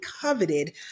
coveted